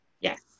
Yes